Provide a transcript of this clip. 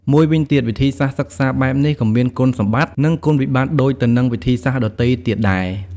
មួយវិញទៀតវិធីសាស្ត្រសិក្សាបែបនេះក៏មានគុណសម្បត្តិ និងគុណវិបត្តិដូចទៅនឹងវិធីសាស្ត្រដទៃទៀតដែរ។